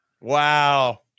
Wow